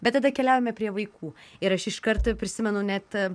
bet tada keliaujame prie vaikų ir aš iškart prisimenu net